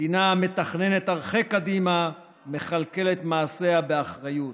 מדינה המתכננת הרחק קדימה ומכלכלת מעשיה באחריות,